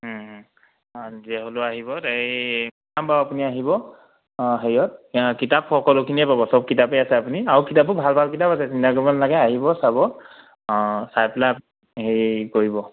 যি হ'লেও আহিব সেই অ' হেৰিয়ত কিতাপ সকলোখিনিয়ে পাব চব কিতাপেই আছে আপুনি আৰু কিতাপো ভাল ভাল কিতাপ আছে আহিব চাব চাই পেলাই আপুনি হেৰি কৰিব